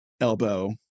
elbow